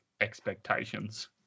expectations